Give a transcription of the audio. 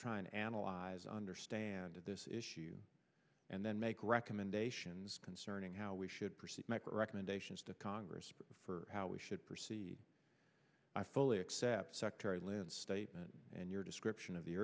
trying to analyze understand this issue and then make recommendations concerning how we should make recommendations to congress for how we should proceed i fully accept secretary live statement and your description of the